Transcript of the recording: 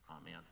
Amen